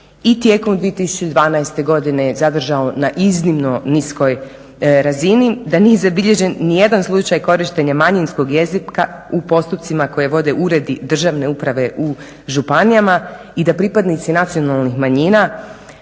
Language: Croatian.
i tijekom 2012. godine zadržao na iznimno niskoj razini, da nije zabilježen ni jedan slučaj korištenja manjinskog jezika u postupcima koje vode uredi državne uprave u županijama i da pripadnici nacionalnih manjina